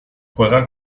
juega